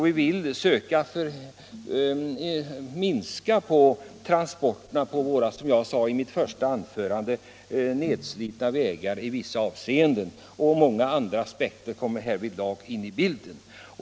Vi vill försöka minska transporterna på våra, som jag sade i mitt första anförande, nedslitna vägar. Många andra aspekter kommer härvidlag in i bilden.